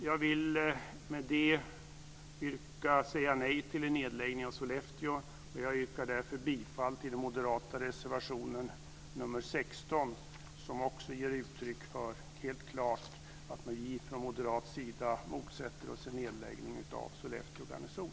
Jag vill med detta säga nej till en nedläggning av Sollefteå garnison, och jag yrkar därför bifall till den moderata reservationen 16 där vi också helt klart ger uttryck för att vi från moderat sida motsätter oss en nedläggning av Sollefteå garnison.